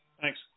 Thanks